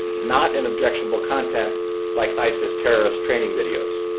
not in objectionable content like isis terrorist training videos,